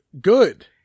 Good